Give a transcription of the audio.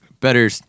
better